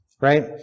right